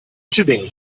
tübingen